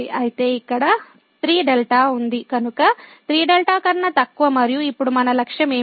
అయితే ఇక్కడ 3δ ఉంది కనుక 3δ కన్నా తక్కువ మరియు ఇప్పుడు మన లక్ష్యం ఏమిటి